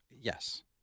Yes